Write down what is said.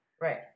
Right